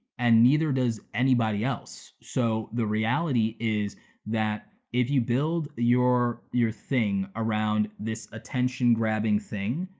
and neither does anybody else. so the reality is that if you build your your thing around this attention-grabbing thing,